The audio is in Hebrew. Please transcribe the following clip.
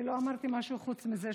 לא אמרתי משהו חוץ מזה.